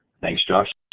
thanks, josh.